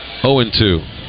0-2